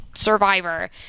survivor